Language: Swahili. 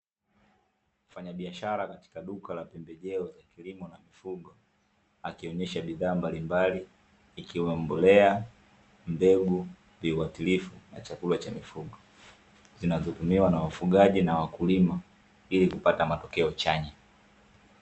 Mfanyabiashara katika duka la pembejeo za kilimo na mifugo, akionyesha bidhaa mbalimbali, ikiwemo mbolea, mbegu, viuatilifu, na chakula cha mifugo, zinazotumiwa na wafugaji na wakulima ili kupata matokeo chanya.